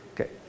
Okay